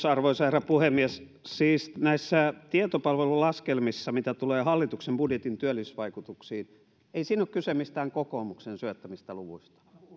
arvoisa herra puhemies siis näissä tietopalvelulaskelmissa mitä tulee hallituksen budjetin työllisyysvaikutuksiin ei ole kyse mistään kokoomuksen syöttämistä luvuista